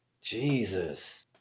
Jesus